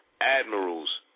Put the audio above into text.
admirals